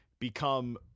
become